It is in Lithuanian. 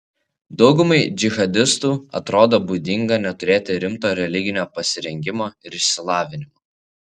daugumai džihadistų atrodo būdinga neturėti rimto religinio pasirengimo ir išsilavinimo